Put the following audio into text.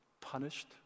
punished